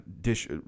dish